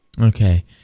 Okay